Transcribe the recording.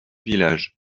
villages